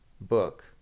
book